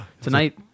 Tonight